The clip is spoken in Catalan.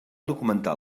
documentar